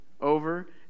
over